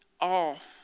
off